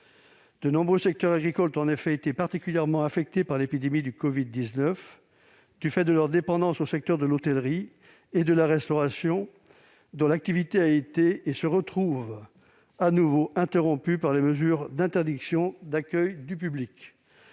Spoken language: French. De nombreux secteurs agricoles ont en effet été particulièrement affectés par l'épidémie de la covid-19 du fait de leur dépendance au secteur de l'hôtellerie et de la restauration, dont l'activité a été et se retrouve à nouveau interrompue par les mesures d'interdiction d'accueil du public.